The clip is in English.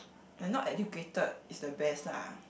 like not educated is the best lah